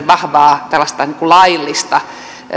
vahvaa laillista